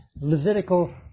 Levitical